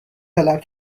طلب